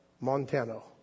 Montano